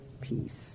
peace